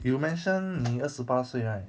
you mention 你二十八岁 right